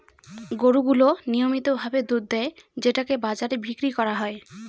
গরু গুলো নিয়মিত ভাবে দুধ দেয় যেটাকে বাজারে বিক্রি করা হয়